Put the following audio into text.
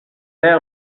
air